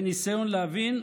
בניסיון להבין,